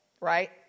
right